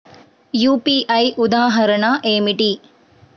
UPI ఉదాహరణ ఏమిటి?